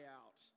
out